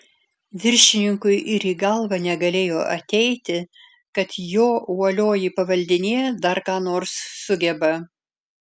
viršininkui ir į galvą negalėjo ateiti kad jo uolioji pavaldinė dar ką nors sugeba